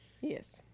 Yes